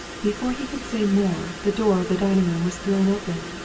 before he could say more, the door of the dining-room was thrown open,